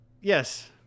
Yes